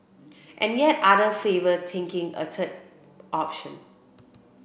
and yet other favour taking a third option